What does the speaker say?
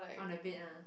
on the bed ah